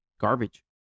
garbage